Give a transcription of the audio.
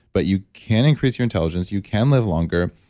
but you can increase your intelligence, you can live longer,